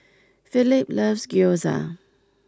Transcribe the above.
Felipe loves Gyoza